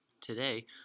Today